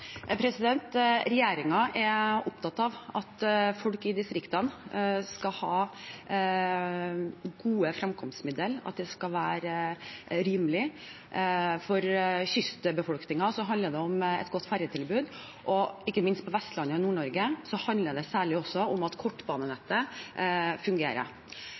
distriktene skal ha gode fremkomstmidler, og at det skal være rimelig. For kystbefolkningen handler det om et godt ferjetilbud, og ikke minst på Vestlandet og i Nord-Norge handler det særlig om at kortbanenettet fungerer.